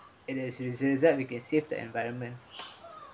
it is as a result we can save the environment